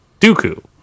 Dooku